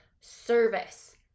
service